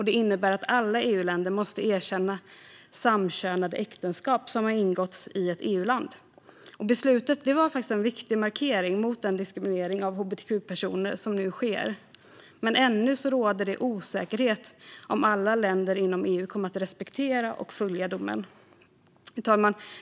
Det innebär att alla EU-länder måste erkänna samkönade äktenskap som har ingåtts i ett EU-land. Beslutet var en viktig markering mot den diskriminering av hbtq-personer som nu sker. Men ännu råder det osäkerhet när det gäller om alla länder inom EU kommer att respektera och följa domen. Fru talman!